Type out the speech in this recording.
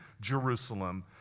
Jerusalem